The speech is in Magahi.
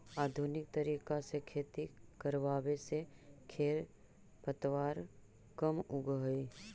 आधुनिक तरीका से खेती करवावे से खेर पतवार कम उगह हई